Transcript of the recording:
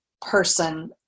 person